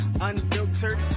Unfiltered